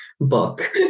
book